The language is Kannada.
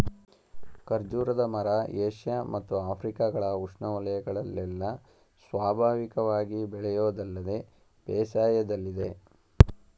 ಖರ್ಜೂರದ ಮರ ಏಷ್ಯ ಮತ್ತು ಆಫ್ರಿಕಗಳ ಉಷ್ಣವಯಗಳಲ್ಲೆಲ್ಲ ಸ್ವಾಭಾವಿಕವಾಗಿ ಬೆಳೆಯೋದಲ್ಲದೆ ಬೇಸಾಯದಲ್ಲಿದೆ